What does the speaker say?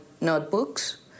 notebooks